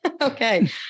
Okay